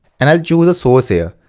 and i'll choose a source here.